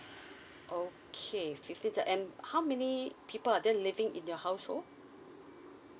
okay fifty the and how many people are there living in your household